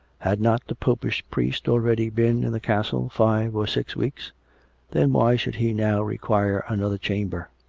had not the popish priest already been in the castle five or six weeks then why should he now require another chamber?